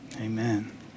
Amen